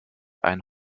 ein